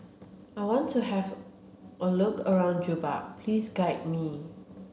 I want to have a look around Juba please guide me